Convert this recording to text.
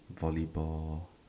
volleyball